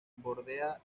bordea